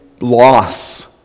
Loss